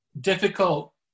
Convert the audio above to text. difficult